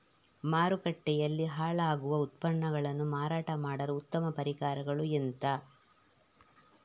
ಮಾರುಕಟ್ಟೆಯಲ್ಲಿ ಹಾಳಾಗುವ ಉತ್ಪನ್ನಗಳನ್ನು ಮಾರಾಟ ಮಾಡಲು ಉತ್ತಮ ಪರಿಹಾರಗಳು ಎಂತ?